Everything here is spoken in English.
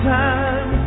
time